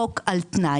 חוק על תנאי.